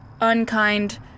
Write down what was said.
unkind